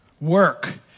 work